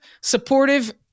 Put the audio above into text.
supportive